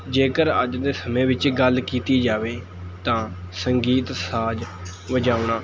ਜੇਕਰ ਅੱਜ ਦੇ ਸਮੇਂ ਵਿੱਚ ਗੱਲ ਕੀਤੀ ਜਾਵੇ ਤਾਂ ਸੰਗੀਤ ਸਾਜ਼ ਵਜਾਉਣਾ